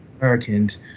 Americans